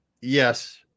yes